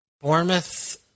Bournemouth